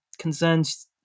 concerns